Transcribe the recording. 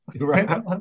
Right